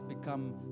become